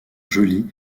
jolie